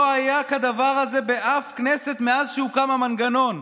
לא היה כדבר הזה באף כנסת מאז שהוקם מנגנון,